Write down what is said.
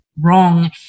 wrong